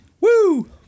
Woo